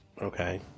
Okay